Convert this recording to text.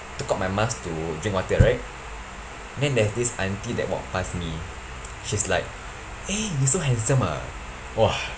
took out my mask to drink water right then there's this auntie that walked past me she's like eh you so handsome ah !wah!